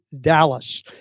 Dallas